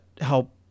help